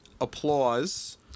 applause